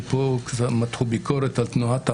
אחרי שמתחו פה ביקורת על תנועת העבודה.